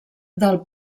del